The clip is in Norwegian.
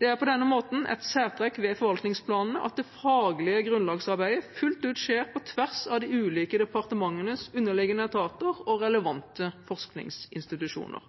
Det er på denne måten et særtrekk ved forvaltningsplanene at det faglige grunnlagsarbeidet fullt ut skjer på tvers av de ulike departementenes underliggende etater og relevante forskningsinstitusjoner.